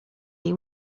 jej